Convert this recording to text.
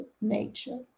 nature